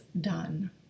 done